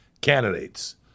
candidates